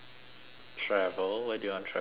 travel where do you want travel to